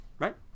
Right